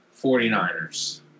49ers